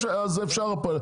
ואי אפשר לעשות הפלות.